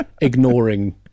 ignoring